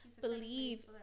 believe